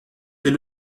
est